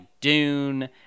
Dune